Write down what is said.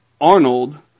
Arnold